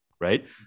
right